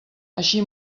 així